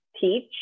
teach